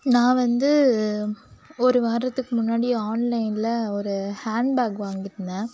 நான் வந்து ஒரு வாரத்துக்கு முன்னாடி ஆன்லைனில் ஒரு ஹேன் பேக் வாங்கிருந்தேன்